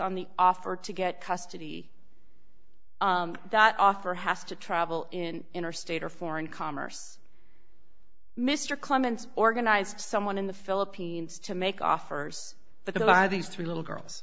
on the offer to get custody that offer has to travel in interstate or foreign commerce mr clements organized someone in the philippines to make offers that are these three little girls